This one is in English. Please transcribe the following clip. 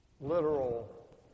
literal